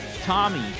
Tommy